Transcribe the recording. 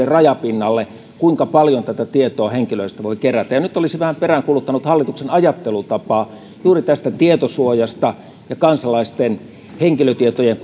rajapinnalle kuinka paljon tietoa henkilöistä voi kerätä nyt olisin vähän peräänkuuluttanut hallituksen ajattelutapaa juuri tästä tietosuojasta ja kansalaisten henkilötietojen